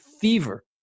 fever